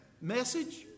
message